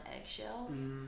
eggshells